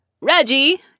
Reggie